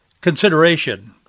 consideration